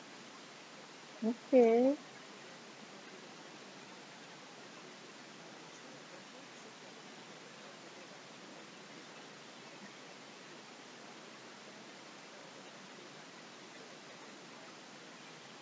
okay